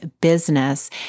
business